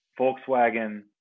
Volkswagen